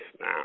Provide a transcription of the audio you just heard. now